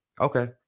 Okay